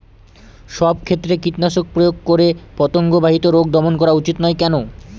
সব ক্ষেত্রে কীটনাশক প্রয়োগ করে পতঙ্গ বাহিত রোগ দমন করা উচিৎ নয় কেন?